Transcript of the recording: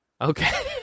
Okay